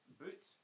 boots